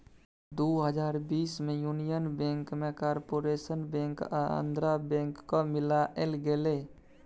दु हजार बीस मे युनियन बैंक मे कारपोरेशन बैंक आ आंध्रा बैंक केँ मिलाएल गेलै